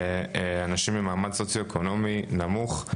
לאנשים ממעמד סוציו אקונומי נמוך,